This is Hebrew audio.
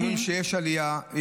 אנחנו אומרים שיש עליות.